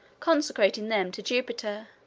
consecrating them to jupiter